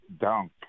dunk